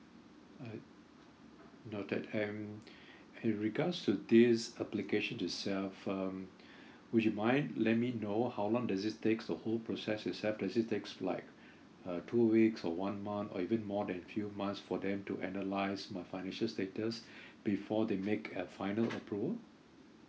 alright noted and in regards to this application itself um would you mind let me know how long does it takes the whole process itself does it takes like a two weeks or one month or even more than few months for them to analyse my financial status before they make a final approval